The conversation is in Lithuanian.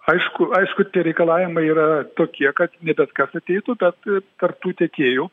aišku aišku tie reikalavimai yra tokie kad ne bet kas ateitų bet tarp tų tiekėjų